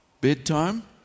bedtime